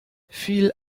viel